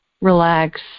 relax